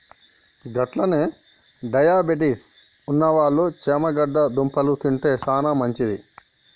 గట్లనే డయాబెటిస్ ఉన్నవాళ్ళు చేమగడ్డ దుంపలు తింటే సానా మంచిది